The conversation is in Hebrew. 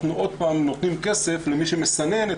אנחנו עוד פעם נותנים כסף למי שמסנן את